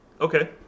Okay